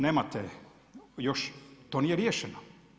Nemate još, to nije riješeno.